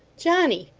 johnny,